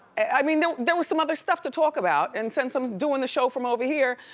i mean, there were some other stuff to talk about and since i'm doing the show from over here,